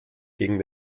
gegen